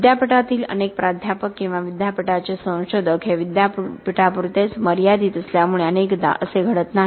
विद्यापीठातील अनेक प्राध्यापक किंवा विद्यापीठाचे संशोधक हे विद्यापीठापुरतेच मर्यादित असल्यामुळे अनेकदा असे घडत नाही